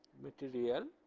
material,